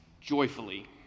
joyfully